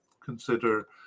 consider